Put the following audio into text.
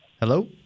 Hello